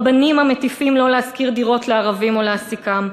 רבנים המטיפים לא להשכיר דירות לערבים או להעסיקם,